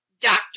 doctor